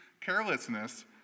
carelessness